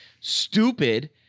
stupid